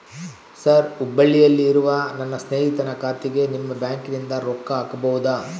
Sir ಹುಬ್ಬಳ್ಳಿಯಲ್ಲಿ ಇರುವ ನನ್ನ ಸ್ನೇಹಿತನ ಖಾತೆಗೆ ನಿಮ್ಮ ಬ್ಯಾಂಕಿನಿಂದ ರೊಕ್ಕ ಹಾಕಬಹುದಾ?